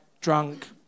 drunk